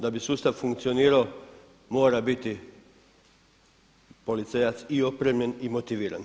Da bi sustav funkcionirao mora biti policajac i opremljen i motiviran.